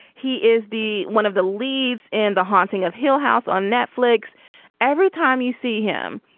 he is the one of the leads and the haunting of hill house on netflix every time you see him.